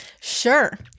Sure